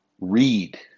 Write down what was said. read